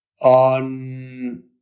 on